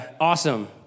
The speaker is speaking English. awesome